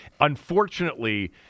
Unfortunately